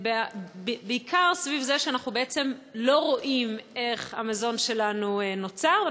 בעיקר סביב זה שאנחנו בעצם לא רואים איך המזון שלנו נוצר,